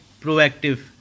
proactive